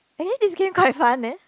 actually this game quite fun eh